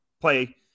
play